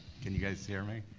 can you guys hear me?